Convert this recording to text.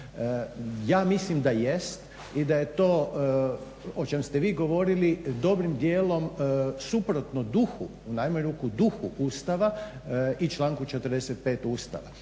Ja mislim da jest i da je to o čemu ste vi govorili dobrim dijelom suprotno duhu u najmanju ruku duhu Ustava i članku 45. Ustava.